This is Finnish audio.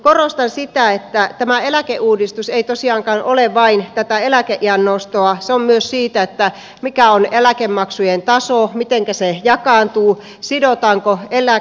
korostan sitä että tämä eläkeuudistus ei tosiaankaan ole vain tätä eläkeiän nostoa se on myös sitä mikä on eläkemaksujen taso mitenkä se jakaantuu sidotaanko teillä